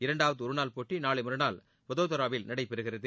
இரண்டாவது ஒருநாள் போட்டி நாளை மறுநாள் வதோதராவில் நடைபெறுகிறது